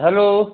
hello